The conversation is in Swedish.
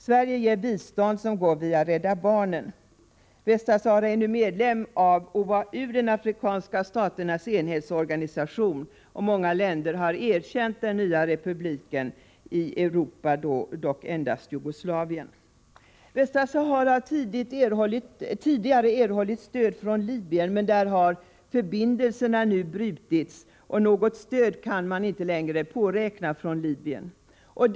Sverige ger bistånd som går via Rädda barnen — Västra Sahara är nu medlem i OAU, de afrikanska staternas medlemsorganisation, och många länder har erkänt den nya republiken, i Europa dock endast Jugoslavien. Västra Sahara har tidigare erhållit stöd från Libyen, men förbindelserna har nu brutits, och man kan inte längre påräkna något stöd därifrån.